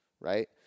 right